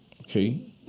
okay